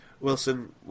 Wilson